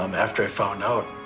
um after i found out.